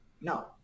No